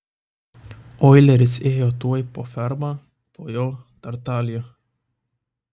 oileris ėjo tuoj po ferma po jo tartalija